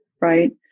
right